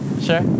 Sure